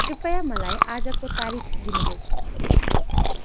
कृपया मलाई आजको तारिख दिनुहोस्